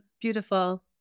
Beautiful